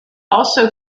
also